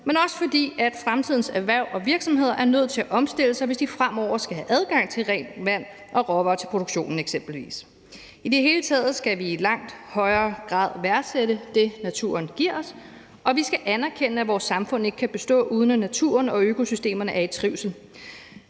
men også, fordi fremtidens erhverv og virksomheder er nødt til at omstille sig, hvis vi fremover skal have adgang til rent vand og råvarer til produktionen eksempelvis. I det hele taget skal vi i langt højere grad værdsætte det, naturen giver os, og vi skal anerkende, at vores samfund ikke kan bestå, uden at naturen og økosystemerne er i trivsel.